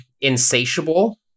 insatiable